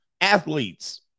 Athletes